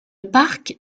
parc